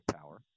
power